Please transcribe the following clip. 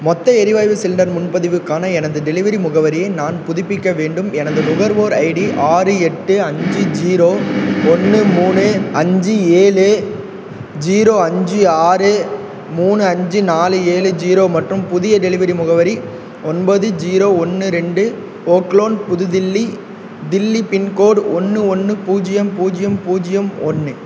மொத்த எரிவாய்வு சிலிண்டர் முன்பதிவுக்கான எனது டெலிவரி முகவரியை நான் புதுப்பிக்க வேண்டும் எனது நுகர்வோர் ஐடி ஆறு எட்டு அஞ்சு ஜீரோ ஒன்று மூணு அஞ்சு ஏழு ஜீரோ அஞ்சு ஆறு மூணு அஞ்சு நாலு ஏலு ஜீரோ மற்றும் புதிய டெலிவரி முகவரி ஒன்பது ஜீரோ ஒன்று ரெண்டு ஓக் லோன் புது தில்லி தில்லி பின்கோட் ஒன்று ஒன்று பூஜ்யம் பூஜ்யம் பூஜ்யம் ஒன்று